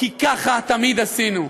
כי ככה תמיד עשינו.